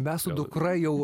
mes su dukra jau